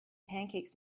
pancakes